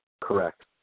Correct